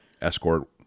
escort